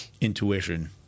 intuition